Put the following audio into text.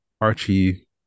Archie